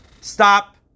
stop